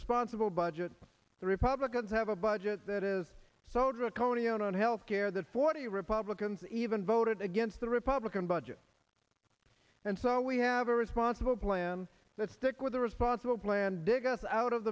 responsible budget the republicans have a budget that is so draconian on health care that forty republicans even voted against the republican budget and so we have a responsible plan that stick with a responsible plan dig us out of